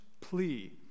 plea